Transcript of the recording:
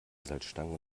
salzstangen